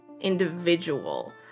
individual